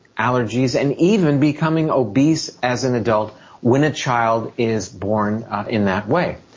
allergies, and even becoming obese as an adult when a child is born in that way.